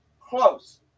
close